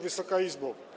Wysoka Izbo!